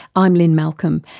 i'm lynne malcolm,